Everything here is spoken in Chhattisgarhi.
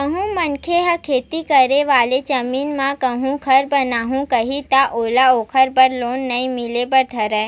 कहूँ मनखे ह खेती करे वाले जमीन म कहूँ घर बनाहूँ कइही ता ओला ओखर बर लोन नइ मिले बर धरय